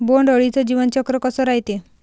बोंड अळीचं जीवनचक्र कस रायते?